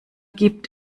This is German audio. gibt